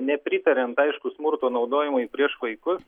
nepritariant aišku smurto naudojimui prieš vaikus